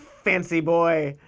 fancy boy!